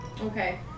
Okay